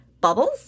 Bubbles